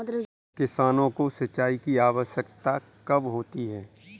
किसानों को सिंचाई की आवश्यकता कब होती है?